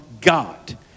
God